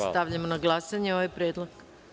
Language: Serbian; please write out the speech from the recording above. Stavljam na glasanje ovaj predlog.